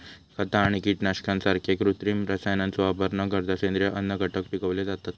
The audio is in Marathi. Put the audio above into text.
खता आणि कीटकनाशकांसारख्या कृत्रिम रसायनांचो वापर न करता सेंद्रिय अन्नघटक पिकवले जातत